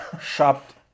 shopped